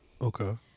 Okay